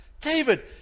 David